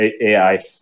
AI